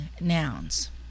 nouns